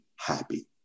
happy